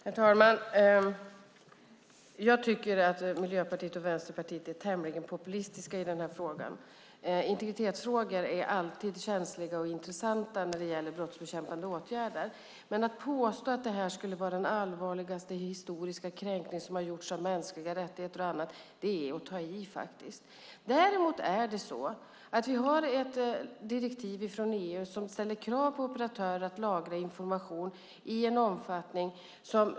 Herr talman! Jag tycker att Miljöpartiet och Vänsterpartiet är tämligen populistiska i denna fråga. Integritetsfrågor är alltid känsliga och intressanta när det gäller brottsbekämpande åtgärder, men att påstå att detta skulle vara den historiskt allvarligaste kränkning som har gjorts av mänskliga rättigheter är att ta i. Vi har ett direktiv från EU som ställer krav på operatörer att lagra information i stor omfattning.